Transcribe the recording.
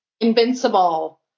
Invincible